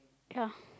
ya